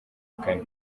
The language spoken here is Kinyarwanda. kane